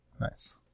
Nice